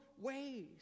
ways